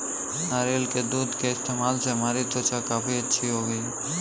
नारियल के दूध के इस्तेमाल से हमारी त्वचा काफी अच्छी हो गई है